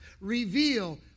reveal